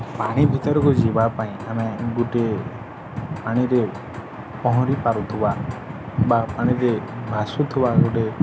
ପାଣି ଭିତରକୁ ଯିବା ପାଇଁ ଆମେ ଗୋଟେ ପାଣିରେ ପହଁରି ପାରୁଥିବା ବା ପାଣିରେ ଭାସୁଥିବା ଗୋଟେ